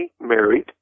married